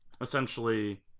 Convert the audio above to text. essentially